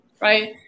Right